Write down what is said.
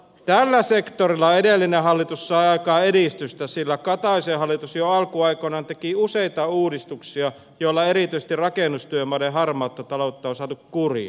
tällä sektorilla edellinen hallitus sai aikaan edistystä sillä kataisen hallitus jo alkuaikoinaan teki useita uudistuksia joilla erityisesti rakennustyömaiden harmaata taloutta on saatu kuriin